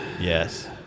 Yes